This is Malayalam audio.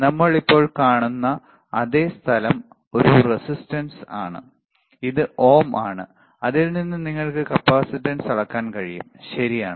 നമ്മൾ ഇപ്പോൾ കാണുന്നഅതേ സ്ഥലം ഒരു റെസിസ്റ്റൻസ് ആണ് ഇത് ഓം ആണ് അതിൽ നിന്നും നിങ്ങൾക്ക് കപ്പാസിറ്റൻസും അളക്കാൻ കഴിയും ശരിയാണ്